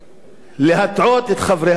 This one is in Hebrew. להטעות את חברי הכנסת.